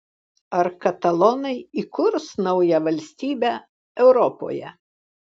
ar katalonai įkurs naują valstybę europoje